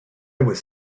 was